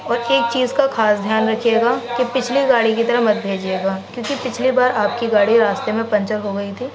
اور ایک چیز کا خاص دھیان رکھیے گا کہ پچھلی گاڑی کی طرح مت بھیجیے گا کیونکہ پچھلی بار آپ کی گاڑی راستے میں پنچر ہو گئی تھی